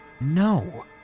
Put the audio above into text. no